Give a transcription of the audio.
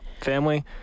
family